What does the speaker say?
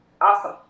awesome